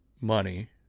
money